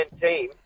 team